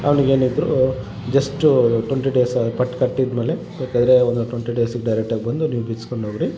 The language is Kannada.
ಅವ್ನಿಗೆ ಏನಿದ್ರೂ ಜಸ್ಟ್ ಟ್ವಂಟಿ ಡೇಸ್ ಪಟ್ಟು ಕಟ್ಟಿದಮೇಲೆ ಬೇಕಾದರೆ ಒಂದು ಟ್ವಂಟಿ ಡೇಸ್ ಡೈರೆಕ್ಟಾಗಿ ಬಂದು ನೀವು ಬಿಚ್ಚಿಸ್ಕೊಂಡ್ ಹೋಗ್ರಿ